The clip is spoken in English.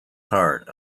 part